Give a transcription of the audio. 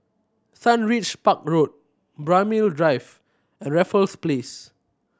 Sundridge Park Road Braemar Drive and Raffles Place